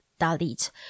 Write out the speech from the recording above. Dalit